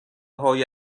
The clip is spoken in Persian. های